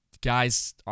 guys